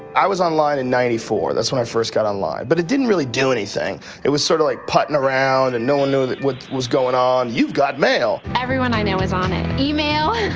i was online in ninety four. that's when i first got online, but it didn't really do anything it was sorta like puttin' around and no one knew what was going on. you've got mail! everyone i know is on it! email!